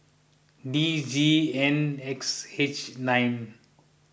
D Z N X H nine